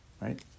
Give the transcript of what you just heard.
right